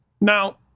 Now